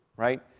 right?